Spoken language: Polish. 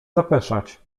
zapeszać